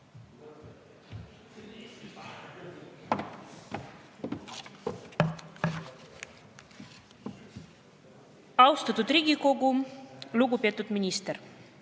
Austatud Riigikogu! Lugupeetud minister!